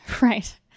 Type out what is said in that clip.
Right